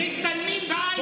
הם מצלמים באייפון, באייפון.